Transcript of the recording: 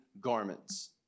garments